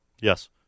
Yes